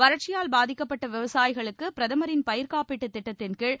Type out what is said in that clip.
வறட்சியால் பாதிக்கப்பட்ட விவசாயிகளுக்கு பிரதமரின் பயிர் காப்பீட்டு திட்டத்தின் கீழ்